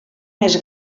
més